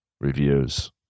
reviews